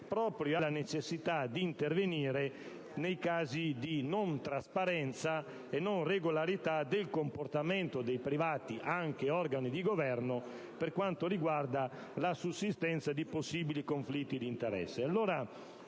proprio alla necessità di intervenire nei casi di non trasparenza e non regolarità del comportamento dei privati, anche organi di governo, per quanto riguarda la sussistenza di possibili conflitti di interesse.